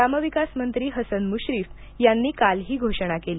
ग्रामविकास मंत्री हसन मृश्रीफ यांनी काल ही घोषणा केली